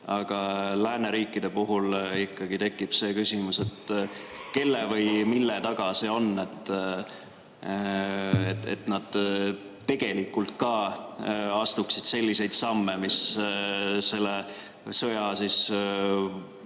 Aga lääneriikide puhul ikkagi tekib see küsimus, kelle või mille taga see on, et nad ka tegelikult astuksid selliseid samme, mis selle sõja